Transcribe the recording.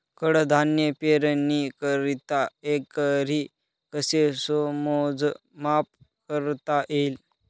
कडधान्य पेरणीकरिता एकरी कसे मोजमाप करता येईल?